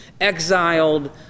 exiled